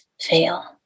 fail